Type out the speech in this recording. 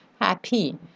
happy